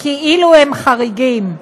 כאילו הם חריגים.